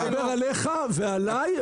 אני מדבר עליך ועלי,